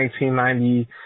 1990